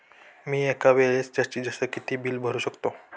मी एका वेळेस जास्तीत जास्त किती बिल भरू शकतो?